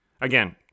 Again